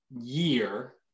year